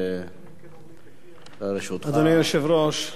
אדוני היושב-ראש, אדוני השר, חברי חברי הכנסת,